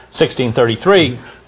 1633